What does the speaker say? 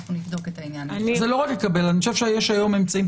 אנחנו באמצע המצגת